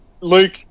Luke